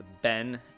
ben